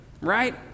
right